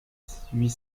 huit